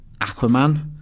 Aquaman